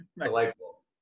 Delightful